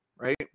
right